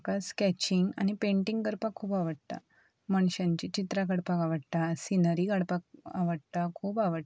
म्हाका स्कॅचिंग आनी पेंटींग करपाक खूब आवडटा मनश्यांची चित्रां काडपाक आवडटा सिनरी काडपाक आवडटा खूब आवडटा